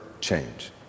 change